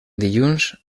dilluns